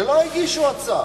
שלא הגישו הצעה.